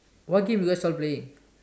what games you guys all playing